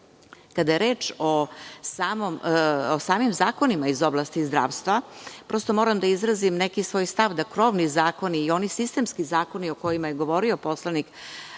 je reč o samim zakonima iz oblasti zdravstva, prosto moram da izrazim neki svoj stav da krovni zakoni i oni sistemski zakoni o kojima je govorio poslanik